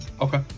okay